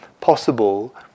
possible